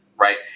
right